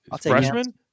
Freshman